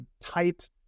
tight